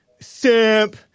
Simp